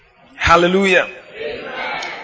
Hallelujah